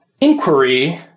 inquiry